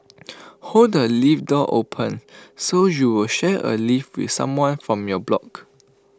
hold the lift door open so you'll share A lift with someone from your block